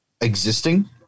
existing